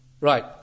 Right